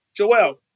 Joelle